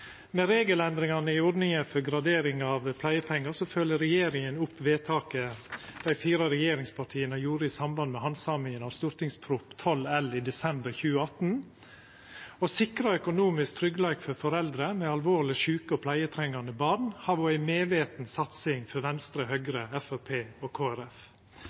Med regelendringane i ordninga for gradering av pleiepengar følgjer regjeringa opp vedtaket dei fire regjeringspartia fatta i samband med handsaminga av Prop. 12 L for 2018–2019, i desember 2018. Å sikra økonomisk tryggleik for foreldre med alvorleg sjuke og pleietrengjande born har vore ei medviten satsing for Venstre, Høgre, Framstegspartiet og